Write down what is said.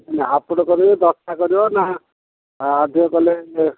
half ଗୋଟେ କରିବ ଦଶଟା କରିବ ନା ଅଧିକ କଲେ